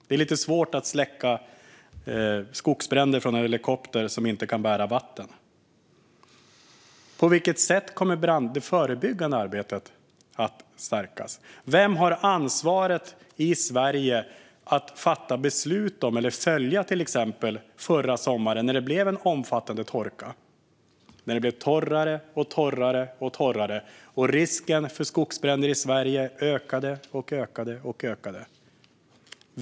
Det är lite svårt att släcka skogsbränder från en helikopter som inte kan bära vatten. På vilket sätt kommer det brandförebyggande arbetet att stärkas? Vem har ansvaret i Sverige för att fatta beslut om eller följa upp förra sommaren när det blev en omfattande torka, när det blev torrare och torrare och risken för skogsbränder i Sverige ökade och ökade?